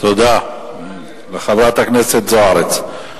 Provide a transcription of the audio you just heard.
תודה לחברת הכנסת זוארץ.